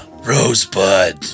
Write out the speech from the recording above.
Rosebud